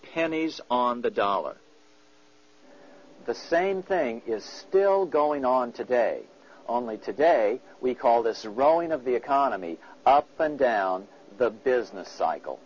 pennies on the dollar the same thing is still going on today on the today we call this rolling of the economy up and down the business cycle